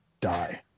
die